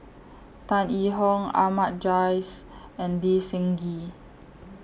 Tan Yee Hong Ahmad Jais and Lee Seng Gee